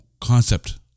concept